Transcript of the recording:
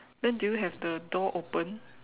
then do you have the door open